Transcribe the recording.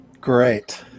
Great